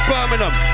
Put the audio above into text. Birmingham